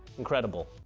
incredible,